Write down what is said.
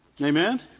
Amen